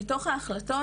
מתוך ההחלטות,